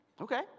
Okay